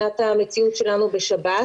המציאות שלנו בשב"ס.